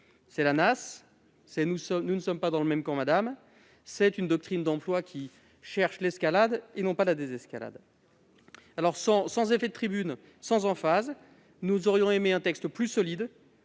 nasse, le « nous ne sommes pas dans le même camp, madame », c'est une doctrine qui vise l'escalade et non pas la désescalade. Sans effets de tribune, sans emphase, nous aurions aimé un texte plus solide,